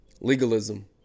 Legalism